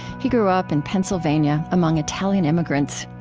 he grew up in pennsylvania, among italian immigrants.